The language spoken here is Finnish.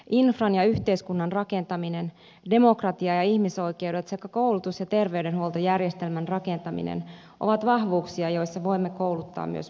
infran ja yhteiskunnan rakentaminen demokratia ja ihmisoikeudet sekä koulutus ja terveydenhuoltojärjestelmän rakentaminen ovat vahvuuksia joissa voimme kouluttaa myös muita